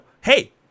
hey